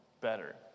better